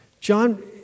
John